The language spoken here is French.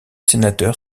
sénateurs